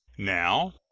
now,